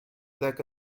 ذاك